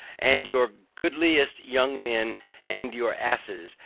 and your goodliest young men and your asses,